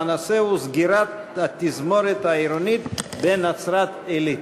והנושא הוא: סגירת התזמורת העירונית בנצרת-עילית.